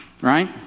Right